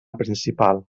principal